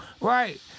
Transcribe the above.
right